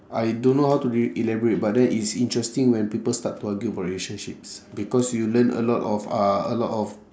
I don't know how to re~ elaborate but then it's interesting when people start to argue about relationships because you learn a lot of uh a lot of